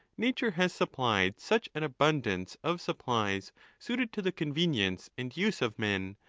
nature has supplied such an abundance of sup plies suited to the convenience and use of men,